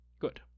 Good